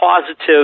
positive